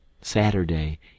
Saturday